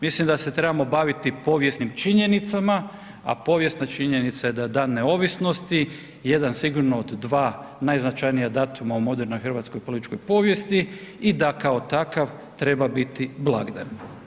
Mislim da se trebamo baviti povijesnim činjenicama, a povijesna činjenica je da je Dan neovisnosti jedan sigurno od dva najznačajnija datuma u modernoj hrvatskoj političkoj povijesti i da kao takav treba biti blagdan.